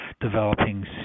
developing